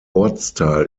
ortsteil